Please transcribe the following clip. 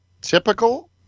typical